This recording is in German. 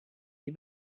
die